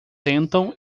sentam